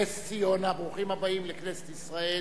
נס-ציונה, ברוכים הבאים לכנסת ישראל,